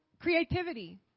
creativity